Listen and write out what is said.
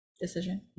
decision